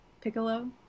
Piccolo